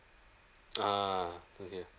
ah okay